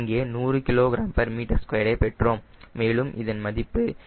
இங்கே 100 kgm2 ஐ பெற்றோம் மேலும் இங்கே இதன் மதிப்பு 75 kgm2